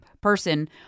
person